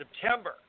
September